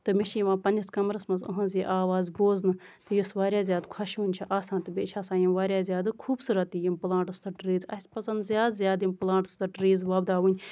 تہٕ مےٚ چھِ یِوان پَنٕنِس کَمرَس منٛز یِہنز یہِ آواز بوزنہٕ یۄس واریاہ زیادٕ خۄشؤنۍ چھِ آسان تہٕ بیٚیہِ چھےٚ آسان یِم واریاہ زیادٕ خوٗبصوٗرت تہِ یِم پٔلانٹٔس تہٕ ٹریٖز اَسہِ پَزَن زیادٕ زیادٕ یِم پٔلانٹٔس تہٕ ٹریٖز وۄپداؤنۍ